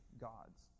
God's